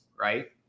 right